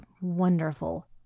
wonderful